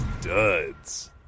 duds